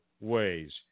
ways